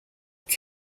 were